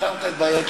פתרת את בעיות,